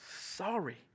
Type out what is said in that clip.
sorry